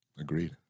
Agreed